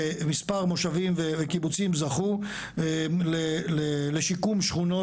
ומספק קיבוצים וישובים זכו לשיקום שכונות